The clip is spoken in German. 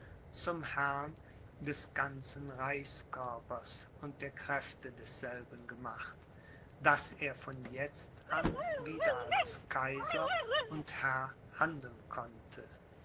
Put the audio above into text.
zum herrn des ganzen reichskörpers und der kräfte desselben gemacht daß er von jetzt an wieder als kaiser und herr handeln konnte